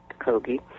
Kogi